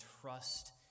trust